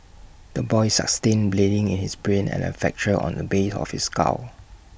the boy sustained bleeding in his brain and A fracture on the base of his skull